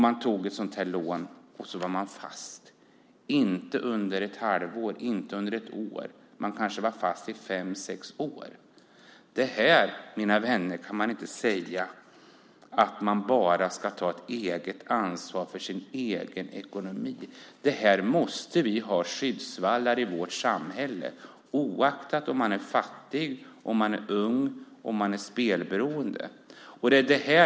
Man tog ett sådant här lån, och så var man fast, inte under ett halvår, inte under ett år utan kanske under fem sex år. Man kan inte bara säga att man ska ta ansvar för sin egen ekonomi, mina vänner. Det här måste vi ha skyddsvallar för i vårt samhälle, oaktat om man är fattig, ung eller spelberoende.